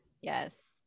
yes